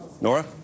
Nora